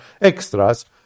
extras